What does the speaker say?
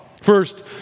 First